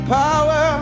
power